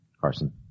Carson